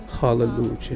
hallelujah